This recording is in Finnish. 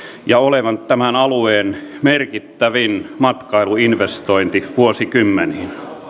ja olevan tämän alueen merkittävin matkailuinvestointi vuosikymmeniin